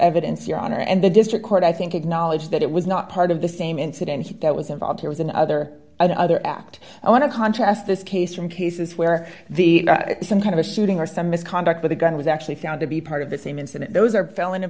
evidence your honor and the district court i think acknowledge that it was not part of the same incident that was involved here was another another act i want to contrast this case from cases where the same kind of shooting or some misconduct with a gun was actually found to be part of the same incident those are felon in